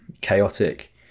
chaotic